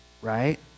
right